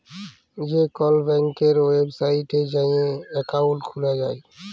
যে কল ব্যাংকের ওয়েবসাইটে যাঁয়ে একাউল্ট খুলা যায়